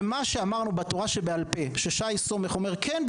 ומה שאמרנו בתורה שבעל-פה כששי סומך אומר: כן,